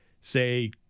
say